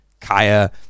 Kaya